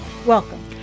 Welcome